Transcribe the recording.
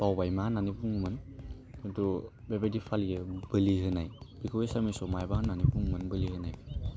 बावबायमा होन्नानै बुङोमोन खिन्थु बेबायदि फालियो बोलिहोनाय बेखौ एसानिसाव माबेबा होनानै बुङोमोन बोलिहोनाय